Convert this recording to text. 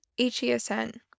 HESN